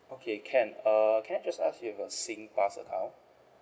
okay can uh can I just ask if you got Singpass account